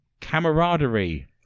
camaraderie